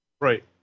right